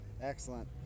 excellent